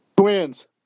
Twins